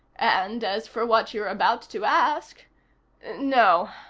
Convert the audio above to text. and, as for what you're about to ask no,